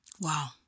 wow